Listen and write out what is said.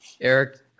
Eric